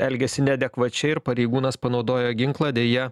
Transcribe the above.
elgėsi neadekvačiai ir pareigūnas panaudojo ginklą deja